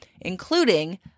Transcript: including